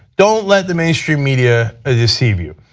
don't let the mainstream media ah deceive you.